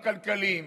הכלכליים,